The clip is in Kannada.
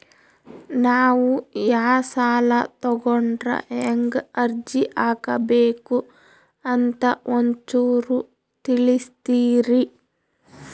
ನಾವು ಯಾ ಸಾಲ ತೊಗೊಂಡ್ರ ಹೆಂಗ ಅರ್ಜಿ ಹಾಕಬೇಕು ಅಂತ ಒಂಚೂರು ತಿಳಿಸ್ತೀರಿ?